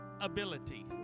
ability